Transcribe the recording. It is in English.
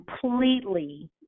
completely